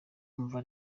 umva